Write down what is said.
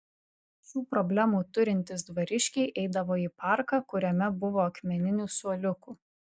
šių problemų turintys dvariškiai eidavo į parką kuriame buvo akmeninių suoliukų